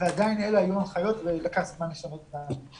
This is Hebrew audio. ועדיין אלה היו ההנחיות ולקח זמן לשנות אותן.